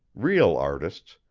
real artists,